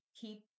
keep